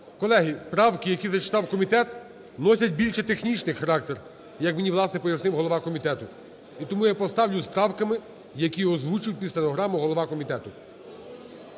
Колеги, правки, які зачитав комітет, носять більше технічний характер, як мені, власне, пояснив голова комітету. І тому я поставлю з правками, які озвучив під стенограму голова комітету.